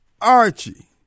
Archie